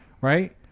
right